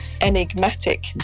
enigmatic